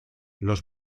los